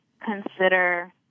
consider